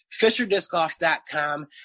FisherDiscOff.com